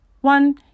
One